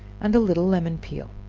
and a little lemon peel